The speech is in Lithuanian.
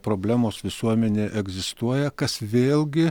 problemos visuomenėj egzistuoja kas vėlgi